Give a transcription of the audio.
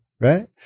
right